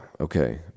Okay